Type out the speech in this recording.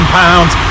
pounds